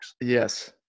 Yes